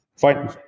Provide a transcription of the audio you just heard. Fine